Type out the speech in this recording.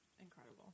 incredible